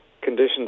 conditions